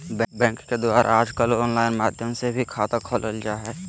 bank के द्वारा आजकल आनलाइन माध्यम से भी खाता खोलल जा हइ